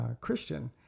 Christian